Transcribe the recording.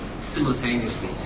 simultaneously